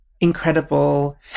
Incredible